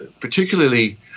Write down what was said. particularly